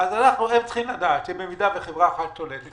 צריכים לדעת שאם חברה אחת שולטת,